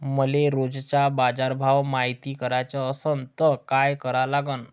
मले रोजचा बाजारभव मायती कराचा असन त काय करा लागन?